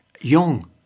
young